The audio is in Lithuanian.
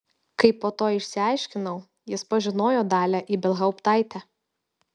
kaip po to išsiaiškinau jis pažinojo dalią ibelhauptaitę